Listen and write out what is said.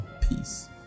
peace